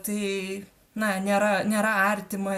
tai na nėra nėra artima